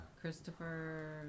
Christopher